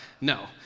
No